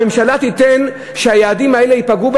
הממשלה תיתן שהיעדים האלה ייפגעו?